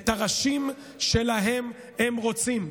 את הראשים שלהם הם רוצים,